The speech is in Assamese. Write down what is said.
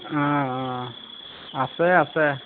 অ অ আছে আছে